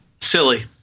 silly